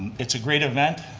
it's a great event.